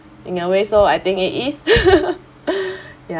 in a way so I think it is ya